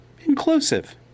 inclusive